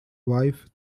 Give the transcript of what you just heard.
wife